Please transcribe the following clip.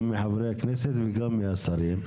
גם מחברי הכנסת וגם מהשרים,